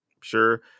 Sure